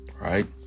right